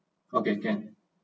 okay can